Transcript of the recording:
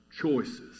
choices